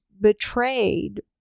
betrayed